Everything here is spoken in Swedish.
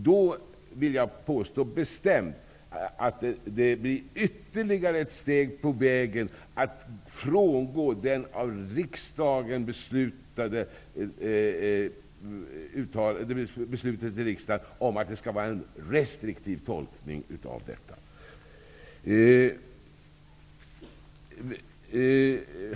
Då hävdar jag bestämt att det kommer att utgöra ett ytterligare steg på vägen att frångå det av riksdagen fattade beslutet om en restriktiv tolkning.